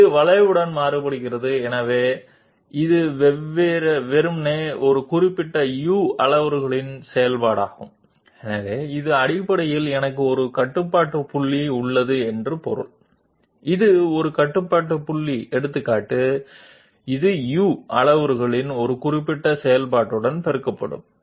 కానీ అది ఒక గుణకంతో గుణించినట్లు అనిపిస్తుంది దీనిని బెర్న్స్టెయిన్ బహుపది అని పిలుస్తారు మరియు ఇది ప్రాథమికంగా ఆ u పరామితి యొక్క విధి ఇది కర్వ్ వెంట మారుతూ ఉంటుంది కనుక ఇది కేవలం ఈ నిర్దిష్ట u పారామీటర్ ఫంక్షన్ కాబట్టి దీని అర్థం మనకు కంట్రోల్ పాయింట్ ఉందని ఉదాహరణకు ఇది ఒక కంట్రోల్ పాయింట్